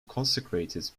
consecrated